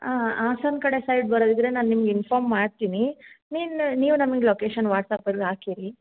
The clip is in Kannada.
ಹಾಂ ಹಾಸನ ಕಡೆ ಸೈಡ್ ಬರೋದಿದ್ದರೆ ನಾನು ನಿಮ್ಗ ಇನ್ಫಾರಮ್ ಮಾಡ್ತೀನಿ ನೀನು ನೀವು ನಮಗೆ ಲೊಕೇಶನ್ ವಾಟ್ಸ್ಆ್ಯಪಲ್ಲಿ ಹಾಕಿರಿ